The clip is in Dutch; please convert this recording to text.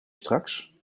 straks